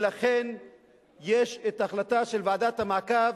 ולכן יש ההחלטה של ועדת המעקב,